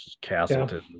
Castleton